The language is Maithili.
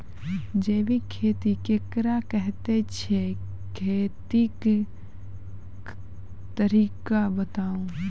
जैबिक खेती केकरा कहैत छै, खेतीक तरीका बताऊ?